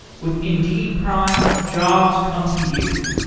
with indeed prime, jobs come to you.